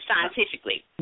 scientifically